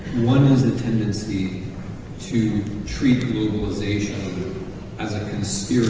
one is the tendency to treat globalization as a